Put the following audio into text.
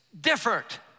different